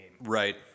Right